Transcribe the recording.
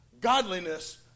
Godliness